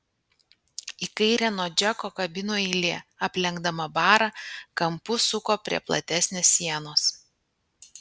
į kairę nuo džeko kabinų eilė aplenkdama barą kampu suko prie platesnės sienos